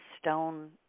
stone